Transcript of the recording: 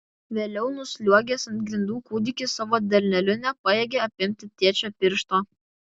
vėliau nusliuogęs ant grindų kūdikis savo delneliu nepajėgė apimti tėčio piršto